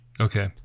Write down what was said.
Okay